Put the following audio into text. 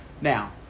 Now